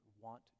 want